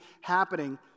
happening